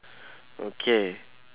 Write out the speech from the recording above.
okay